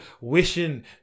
wishing